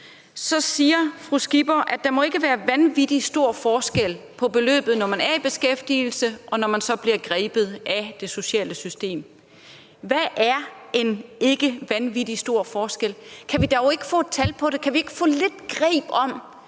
Så siger fru Pernille Skipper, at der ikke må være vanvittig stor forskel på beløbet, når man er i beskæftigelse, og når man så bliver grebet af det sociale system. Hvad er en ikke vanvittig stor forskel? Kan vi dog ikke få et tal på det, kan vi ikke få lidt greb om,